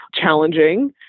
challenging